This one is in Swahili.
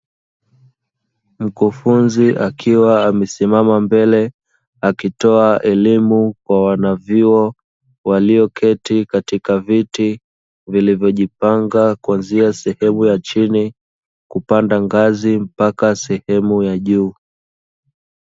Mkufunzi akiwa amesimama mbele akitoa elimu kwa wanavyuo walioketi katika viti vilivyojipanga kwanzia sehemu ya chini, kupanda ngazi hadi sehemu ya juu.